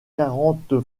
quarante